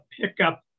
pickup